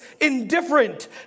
indifferent